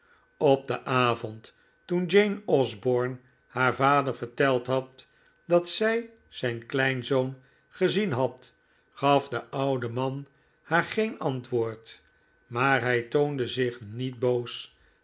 op den avond toen jane osborne haar vader verteld had dat zij zijn kleinzoon gezien had gaf de oude man haar geen antwoord maar hij toonde zich niet boos